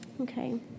Okay